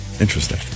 Interesting